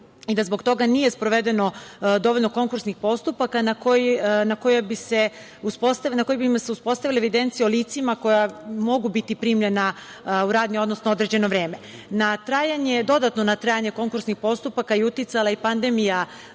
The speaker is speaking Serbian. i da zbog toga nije sprovedeno dovoljno konkursnih postupaka na kojima bi se uspostavile evidencije o licima koja mogu biti primljena u radni odnos na određeno vreme. Dodatno na trajanje konkursnih postupaka je uticala pandemija